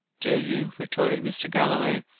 do you? retorted mr. galloway.